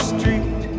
Street